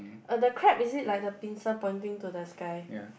uh the crab is it like the pincer pointing to the sky